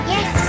Yes